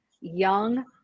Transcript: young